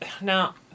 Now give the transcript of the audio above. now